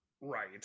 Right